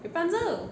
rapunzel